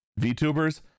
VTubers